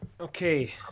Okay